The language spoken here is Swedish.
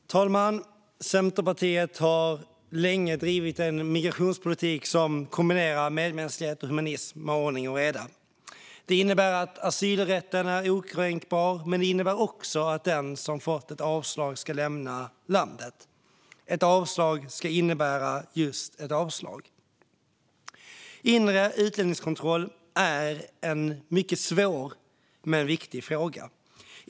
Fru talman! Centerpartiet har länge drivit en migrationspolitik som kombinerar medmänsklighet och humanitet med ordning och reda. Det innebär att asylrätten är okränkbar, men det innebär också att den som fått ett avslag ska lämna landet. Ett avslag ska innebära just ett avslag. Inre utlänningskontroll är en mycket svår men viktig fråga.